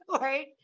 right